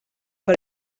per